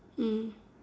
mm